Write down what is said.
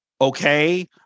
okay